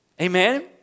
amen